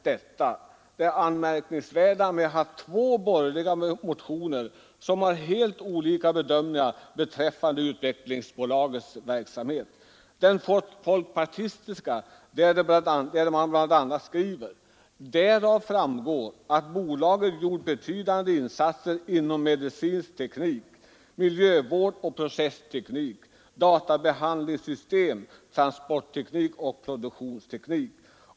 Det anmärkningsvärda är att det rör sig om två borgerliga motioner med helt olika bedömningar beträffande Utvecklingsbolagets verksamhet. I den folkpartistiska motionen skriver man bl.a.: ”I en bilaga till propositionen redovisas närmare bolagets verksamhet. Därav framgår att bolaget gjort betydande insatser inom medicinsk teknik, miljövårdsoch processteknik, databehandlingssystem, transportteknik och produktionsteknik.